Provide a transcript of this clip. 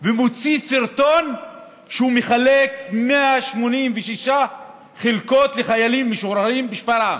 ומוציא סרטון שהוא מחלק 186 חלקות לחיילים משוחררים בשפרעם.